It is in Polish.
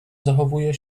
zachowuje